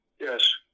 Yes